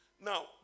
Now